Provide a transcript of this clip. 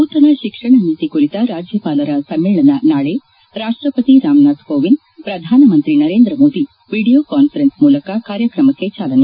ನೂತನ ಶಿಕ್ಷಣ ನೀತಿ ಕುರಿತ ರಾಜ್ಯಪಾಲರ ಸಮ್ಮೇಳನ ನಾಳೆ ರಾಷ್ಟಪತಿ ರಾಮನಾಥ್ ಕೋವಿಂದ್ ಪ್ರಧಾನಮಂತ್ರಿ ನರೇಂದ್ರ ಮೋದಿ ವಿಡಿಯೋ ಕಾನ್ವರೆನ್ಸ್ ಮೂಲಕ ಕಾರ್ಯಕ್ರಮಕ್ಕೆ ಚಾಲನೆ